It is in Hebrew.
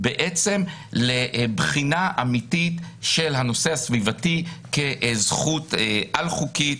לבחינה אמיתית של הנושא הסביבתי כזכות על-חוקית,